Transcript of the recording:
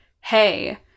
hey